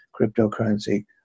cryptocurrency